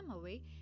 away